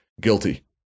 guilty